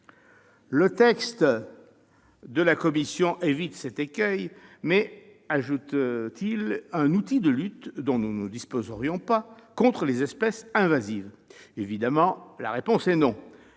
Le texte de la commission évite cet écueil, mais vise-t-il à ajouter un outil de lutte, dont nous ne disposerions pas, contre les espèces invasives ? Évidemment non, ...